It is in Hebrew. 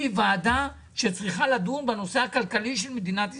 היא ועדה שצריכה לדון בנושא הכלכלי של מדינת ישראל.